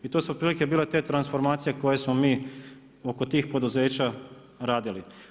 I to su otprilike bile te transformacije koje smo mi oko tih poduzeća radili.